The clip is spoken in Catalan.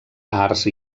art